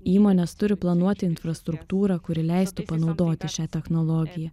įmonės turi planuoti infrastruktūrą kuri leistų panaudoti šią technologiją